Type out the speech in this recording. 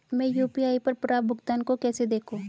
मैं यू.पी.आई पर प्राप्त भुगतान को कैसे देखूं?